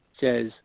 says